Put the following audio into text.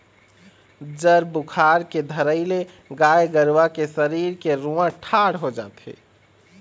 जर बुखार के धरई ले गाय गरुवा के सरीर के रूआँ ठाड़ हो जाथे